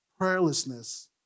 prayerlessness